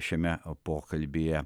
šiame pokalbyje